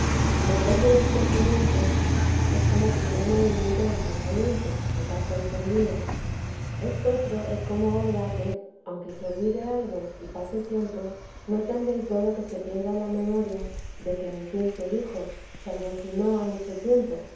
y lo que es del entendimiento es como primer movimiento del pensamiento que pasa y se olvida estotro es como obra que aunque se olvide algo y pase tiempo no tan del todo que se pierda la memoria de que en fin se dijo salvo si no ha mucho tiempo